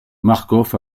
marcof